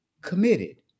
committed